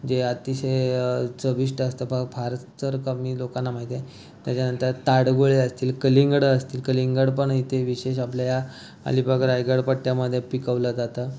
जे अतिशय चविष्ट असतं फ फारच तर कमी लोकांना माहिती आहे त्याच्यानंतर ताडगोळे असतील कलिंगडं असतील कलिंगड पण इथे विशेष आपल्या या अलिबाग रायगड पट्ट्यामध्ये पिकवलं जातं